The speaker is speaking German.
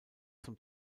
zum